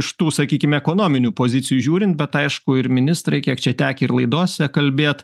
iš tų sakykim ekonominių pozicijų žiūrint bet aišku ir ministrai kiek čia tekę ir laidose kalbėt